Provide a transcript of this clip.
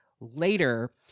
later